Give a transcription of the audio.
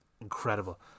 incredible